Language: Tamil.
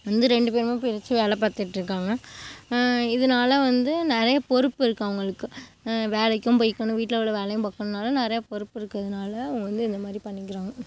வந்து ரெண்டு பேருமே பிரிச்சு வேலை பார்த்துட்ருக்காங்க இதனால வந்து நிறைய பொறுப்பு இருக்கு அவங்களுக்கு வேலைக்கும் போயிக்கணும் வீட்டில் உள்ள வேலையும் பார்க்குன்னால நிறையா பொறுப்பு இருக்கிறதுனால அவங்க வந்து இந்த மாதிரி பண்ணிக்கிறாங்க